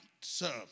serve